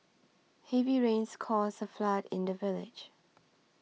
heavy rains caused a flood in the village